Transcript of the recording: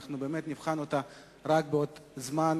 אנחנו באמת נבחן אותה רק בעוד זמן,